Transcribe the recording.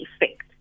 effect